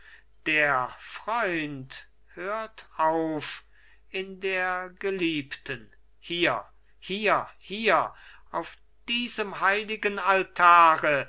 der freund hört auf in der geliebten hier hier hier auf diesem heiligen altare